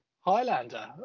Highlander